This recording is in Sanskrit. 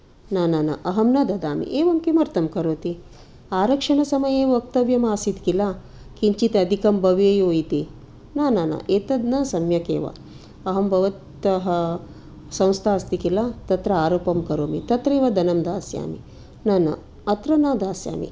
न न न अहं न ददामि एवं किमर्थं करोति आरक्षणसमये वक्तव्यम् आसीत् किल किञ्चित् अधिकं भवेयुः इति न न न एतद् न सम्यकेव अहं भवतः संस्था अस्ति किल तत्र आरोपं करोमि तत्रैव धनं दास्यामि न न अत्र न दास्यामि